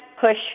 push